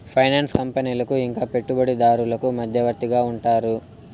finance కంపెనీలకు ఇంకా పెట్టుబడిదారులకు మధ్యవర్తిగా ఉంటారు